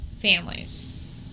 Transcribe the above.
families